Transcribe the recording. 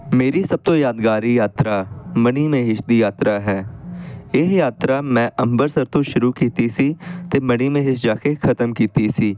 ਮੇਰੀ ਸਭ ਤੋਂ ਯਾਦਗਾਰੀ ਯਾਤਰਾ ਮਨੀ ਮਹੇਸ਼ ਦੀ ਯਾਤਰਾ ਹੈ ਇਹ ਯਾਤਰਾ ਮੈਂ ਅੰਮ੍ਰਿਤਸਰ ਤੋਂ ਸ਼ੁਰੂ ਕੀਤੀ ਸੀ ਅਤੇ ਮਨੀ ਮਹੇਸ਼ ਜਾ ਕੇ ਖਤਮ ਕੀਤੀ ਸੀ